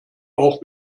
auch